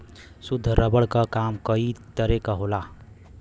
शुद्ध रबर क काम कई तरे क होला